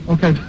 Okay